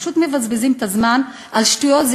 פשוט מבזבזים את הזמן על שטויות.